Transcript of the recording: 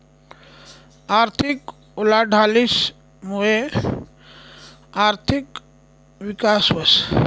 आर्थिक उलाढालीस मुये आर्थिक विकास व्हस